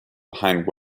behind